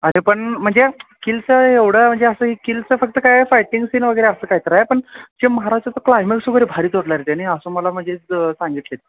अरे पण म्हणजे किलचं एवढं म्हणजे असं किलचं फक्त काय फायटिंग सीन वगैरे असं काय तर पण जे महाराजाचं क्लायमेक्स वगैरे भारी तोडला आहे रे त्यांनी असं मला म्हणजे सांगितलेत